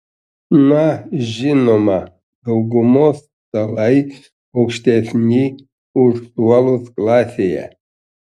na žinoma daugumos stalai aukštesni už suolus klasėje